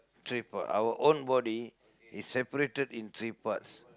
three part our own body is separated in three parts